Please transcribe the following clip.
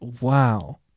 Wow